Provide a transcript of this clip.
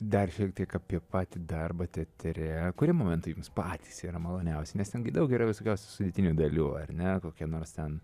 dar šiek tiek apie patį darbą teatre kurie momentai patys maloniausi nes ten gi daug yra visokiausių sudėtinių dalių ar ne kokia nors ten